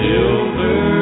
Silver